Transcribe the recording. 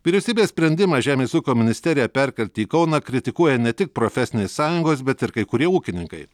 vyriausybės sprendimą žemės ūkio ministeriją perkelti į kauną kritikuoja ne tik profesinės sąjungos bet ir kai kurie ūkininkai